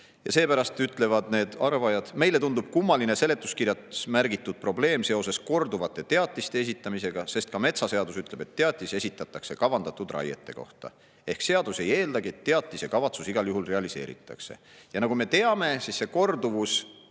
Ja seepärast ütlevad need arvajad: "Meile tundub kummaline seletuskirjas argument, et korduvaid teatiseid esitatakse, sest ka kehtiv metsaseadus ütleb, et teatis esitatakse kavandatud raiete kohta. Ehk ka seadus ei eelda, et teatise kavatsus igal juhul realiseeritakse." Ja nagu me teame, see korduvus